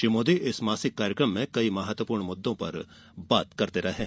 श्री मोदी इस मासिक कार्यक्रम में कई महत्वपूर्ण मुद्दों पर बात करते रहे हैं